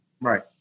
Right